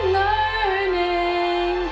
learning